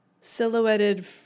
silhouetted